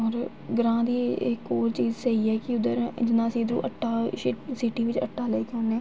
होर ग्रांऽ दी इक होर चीज़ स्हेई ऐ कि उद्धर जि'यां अस इद्धरू आटा सिटी बिच आटा लेई के आने